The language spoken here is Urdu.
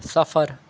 صفر